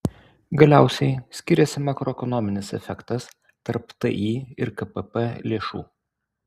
galiausiai skiriasi makroekonominis efektas tarp ti ir kpp lėšų